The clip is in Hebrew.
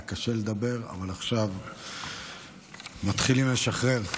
היה קשה לדבר, אבל עכשיו מתחילים לשחרר.